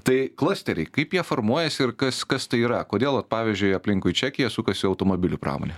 tai klasteriai kaip jie formuojasi ir kas kas tai yra kodėl vat pavyzdžiui aplinkui čekiją sukasi automobilių pramonė